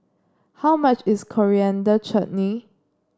how much is Coriander Chutney